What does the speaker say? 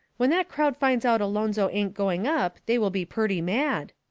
when that crowd finds out alonzo ain't going up they will be purty mad.